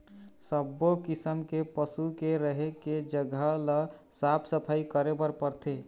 सब्बो किसम के पशु के रहें के जघा ल साफ सफई करे बर परथे